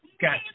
Got